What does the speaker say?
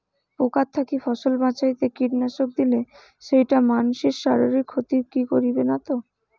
পোকার থাকি ফসল বাঁচাইতে কীটনাশক দিলে সেইটা মানসির শারীরিক ক্ষতি করিবে না তো?